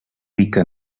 rica